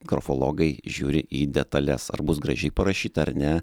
grafologai žiūri į detales ar bus gražiai parašyta ar ne